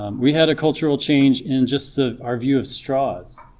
um we had a cultural change in just ah our view of straws,